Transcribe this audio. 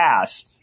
gas